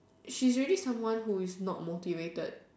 she's really someone who is not motivated